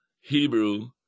Hebrew